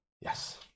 Yes